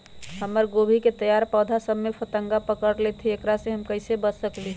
हमर गोभी के तैयार पौधा सब में फतंगा पकड़ लेई थई एकरा से हम कईसे बच सकली है?